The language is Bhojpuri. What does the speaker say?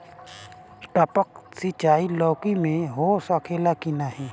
टपक सिंचाई लौकी में हो सकेला की नाही?